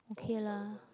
okay lah